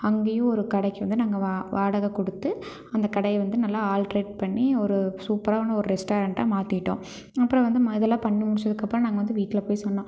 அங்கேயும் ஒரு கடைக்கு வந்து நாங்கள் வா வாடகை கொடுத்து அந்த கடையை வந்து நல்லா ஆல்ட்ரேட் பண்ணி ஒரு சூப்பரான ஒரு ரெஸ்ட்டாரண்ட்டாக மாற்றிட்டோம் அப்புறோம் வந்து ம இதெல்லாம் பண்ணி முடிச்சதுக்கப்புறோம் நாங்கள் வந்து வீட்டில் போய் சொன்னோம்